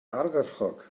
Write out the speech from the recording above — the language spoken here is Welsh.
ardderchog